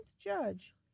judge